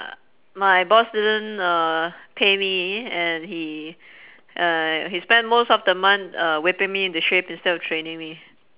uh my boss didn't uh pay me and he uh he spent most of the month uh whipping me into shape instead of training me